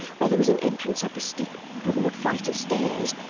where there was an entrance up a steep, broad flight of stairs,